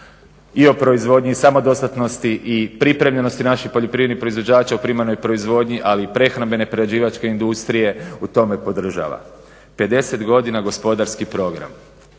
i o proizvodnji i samodostatnosti i pripremljenosti naših poljoprivrednih proizvođača u primarnoj proizvodnji, ali i prehrambene prerađivačke industrije u tome podržava. 50 godina gospodarski program